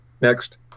Next